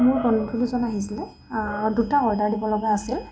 মোৰ বন্ধ দুজন আহিছিলে দুটা অৰ্ডাৰ দিব লগা আছিল